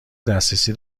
دسترسی